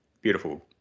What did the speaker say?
beautiful